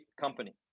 company